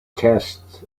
test